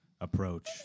Approach